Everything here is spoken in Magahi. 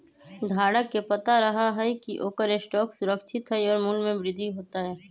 धारक के पता रहा हई की ओकर स्टॉक सुरक्षित हई और मूल्य में वृद्धि होतय